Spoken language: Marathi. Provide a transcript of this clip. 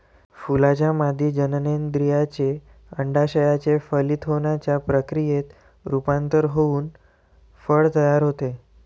फुलाच्या मादी जननेंद्रियाचे, अंडाशयाचे फलित होण्याच्या प्रक्रियेत रूपांतर होऊन फळ तयार होते